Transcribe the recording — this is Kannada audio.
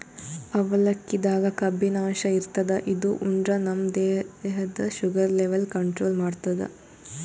ಅವಲಕ್ಕಿದಾಗ್ ಕಬ್ಬಿನಾಂಶ ಇರ್ತದ್ ಇದು ಉಂಡ್ರ ನಮ್ ದೇಹದ್ದ್ ಶುಗರ್ ಲೆವೆಲ್ ಕಂಟ್ರೋಲ್ ಮಾಡ್ತದ್